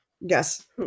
yes